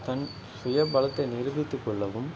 தன் சுய பலத்தை நிரூபித்துக் கொள்ளவும்